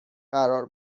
قرار